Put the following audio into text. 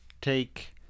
take –